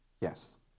Yes